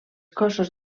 cossos